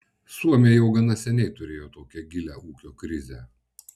suomiai jau gana seniai turėjo tokią gilią ūkio krizę